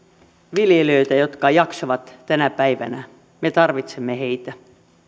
viljelijöitä jotka jaksavat tänä päivänä me tarvitsemme heitä